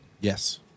Yes